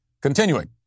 Continuing